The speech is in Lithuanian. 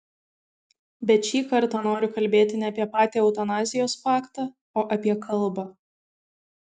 bet šį kartą noriu kalbėti ne apie patį eutanazijos faktą o apie kalbą